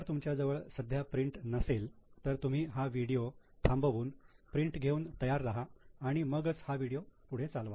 जर तुमच्याजवळ सध्या प्रिंट नसेल तर तुम्ही हा व्हिडिओ थांबवून प्रिंट घेऊन तयार रहा आणि मगच हा व्हिडिओ पुढे चालवा